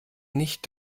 nicht